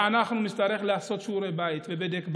ואנחנו נצטרך לעשות שיעורי בית ובדק בית.